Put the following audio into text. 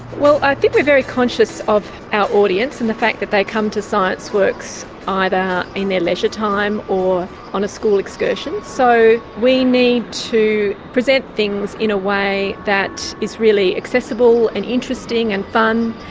well, i think we're very conscious of our audience, and the fact that they come to scienceworks either in their leisure time or on a school excursion. so we need to present things in a way that is really accessible and interesting and fun.